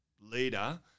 leader